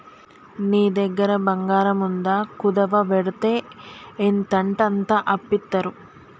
నీ దగ్గర బంగారముందా, కుదువవెడ్తే ఎంతంటంత అప్పిత్తరు